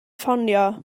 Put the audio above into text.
ffonio